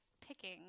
picking